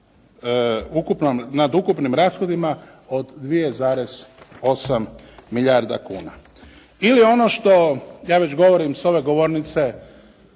nad ukupnim rashodima od 2,8 milijarda kuna ili ono što ja već govorim s ove govornice